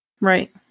Right